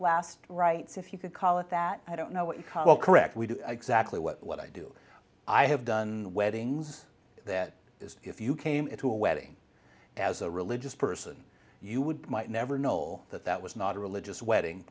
last rites if you could call it that i don't know what you call correct we do exactly what i do i have done where ins that is if you came into a wedding as a religious person you would never know that that was not a religious wedding